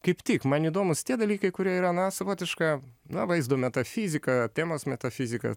kaip tik man įdomūs tie dalykai kurie yra na savotiška na vaizdo metafizika temos metafizika